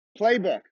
Playbook